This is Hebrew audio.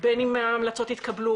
בין אם ההמלצות יתקבלו,